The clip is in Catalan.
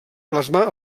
plasmar